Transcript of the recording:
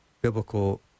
Biblical